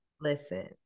Listen